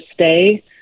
stay